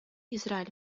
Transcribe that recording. израиль